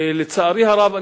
לצערי הרב,